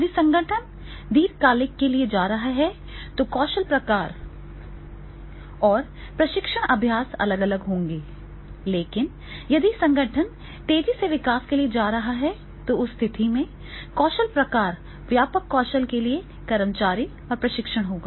यदि संगठन दीर्घकालिक के लिए जा रहा है तो कौशल प्रकार और प्रशिक्षण अभ्यास अलग अलग होंगे लेकिन यदि संगठन तेजी से विकास के लिए जा रहा है तो उस स्थिति में कौशल प्रकार व्यापक कौशल के लिए कर्मचारी और प्रशिक्षण होगा